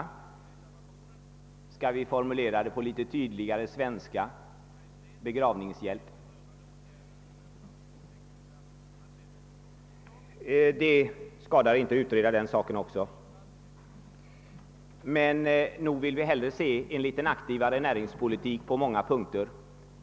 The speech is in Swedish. Om vi vill formulera det med litet tydligare svenska, kan vi använda ordet »begravningshjälp». Det skadar inte att utreda även den saken. Nog vill vi hellre se en litet aktivare näringspolitik på många punkter.